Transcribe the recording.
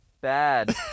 bad